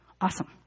Awesome